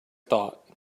thought